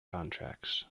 contracts